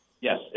Yes